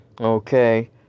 okay